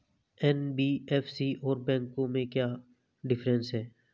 NBFC और बैंकों में क्या डिफरेंस है?